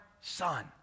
son